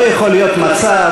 לא יכול להיות מצב,